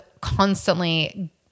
constantly